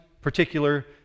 particular